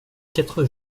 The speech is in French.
quatre